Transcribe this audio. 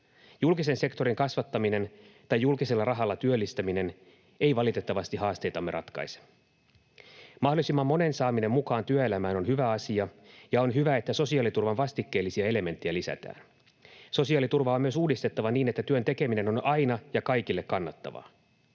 Julkisen sektorin kasvattaminen tai julkisella rahalla työllistäminen ei valitettavasti haasteitamme ratkaise. Mahdollisimman monen saaminen mukaan työelämään on hyvä asia, ja on hyvä, että sosiaaliturvan vastikkeellisia elementtejä lisätään. Sosiaaliturvaa on myös uudistettava niin, että työn tekeminen on aina ja kaikille kannattavaa.